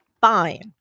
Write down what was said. fine